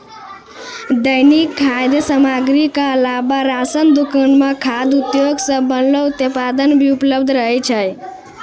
दैनिक खाद्य सामग्री क अलावा राशन दुकान म खाद्य उद्योग सें बनलो उत्पाद भी उपलब्ध रहै छै